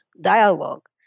dialogue